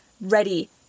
ready